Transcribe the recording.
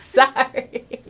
sorry